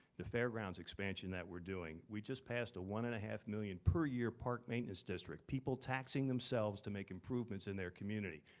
the fairground's expansion that we're doing, we just passed a one and a half million per year park maintenance district. people taxing themselves to make improvements in their community.